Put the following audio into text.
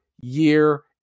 year